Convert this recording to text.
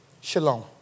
shalom